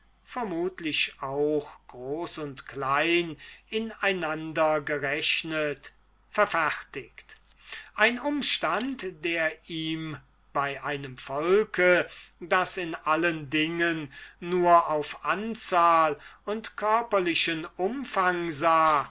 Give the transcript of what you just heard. vermutlich auch groß und klein in einander gerechnet verfertiget ein umstand der ihm bei einem volke das in allen dingen nur auf anzahl und körperlichen umfang sah